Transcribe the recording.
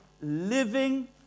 living